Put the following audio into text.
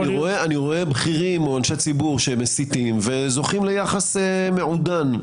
אני רואה בכירים או אנשי ציבור שמסיתים וזוכים ליחס מעודן.